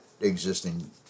existing